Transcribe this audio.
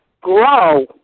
grow